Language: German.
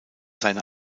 seine